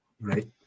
Right